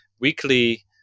weekly